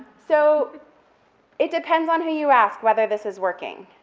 so it depends on who you ask, whether this is working.